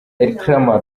elcrema